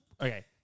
Okay